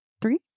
three